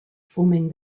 forming